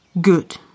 Good